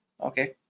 okay